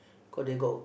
cause they got